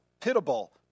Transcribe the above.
pitiable